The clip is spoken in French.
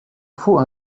faut